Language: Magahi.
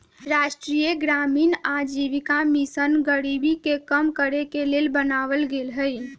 राष्ट्रीय ग्रामीण आजीविका मिशन गरीबी के कम करेके के लेल बनाएल गेल हइ